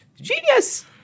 genius